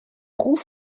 roue